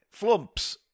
Flumps